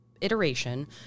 iteration